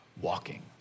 walking